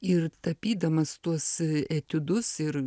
ir tapydamas tuos etiudus ir